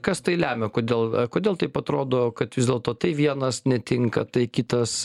kas tai lemia kodėl kodėl taip atrodo kad vis dėlto tai vienas netinka tai kitas